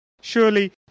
Surely